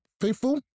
faithful